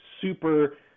super